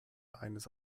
eines